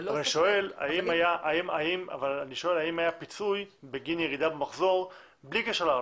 אני שואל האם היה פיצוי בגין ירידה במחזור בלי קשר לארנונה?